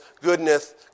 goodness